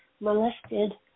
molested